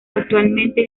actualmente